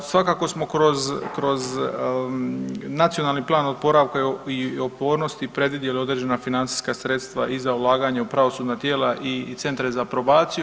Svakako smo kroz Nacionalni plan oporavka i otpornosti predvidjeli određena financijska sredstva i za ulaganje u pravosudna tijela i Centre za probaciju.